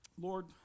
Lord